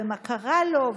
ומה קרה לו,